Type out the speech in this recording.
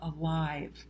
alive